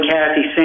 Kathy